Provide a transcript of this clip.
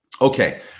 Okay